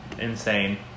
Insane